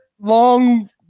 long